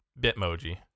Bitmoji